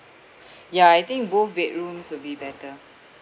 ya I think both bedrooms will be better